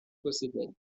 possédait